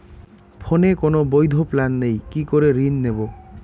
ফোনে কোন বৈধ প্ল্যান নেই কি করে ঋণ নেব?